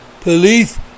Police